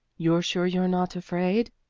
you're sure you're not afraid?